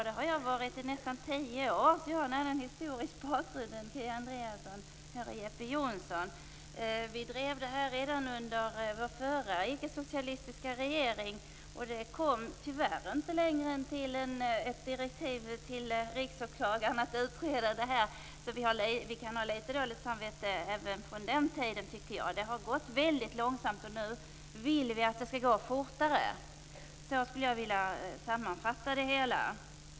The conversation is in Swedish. Det har jag varit i nästan tio år, så jag har en annan historisk bakgrund än Kia Andreasson och Jeppe Johnsson. Vi drev det här redan under vår förra icke-socialistiska regering. Det kom tyvärr inte längre än till ett direktiv till Riksåklagaren att utreda det här, så vi kan ha litet dåligt samvete även från den tiden tycker jag. Det har gått väldigt långsamt, och nu vill vi att det skall gå fortare. Så skulle jag vilja sammanfatta det hela.